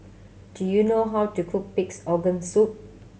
do you know how to cook Pig's Organ Soup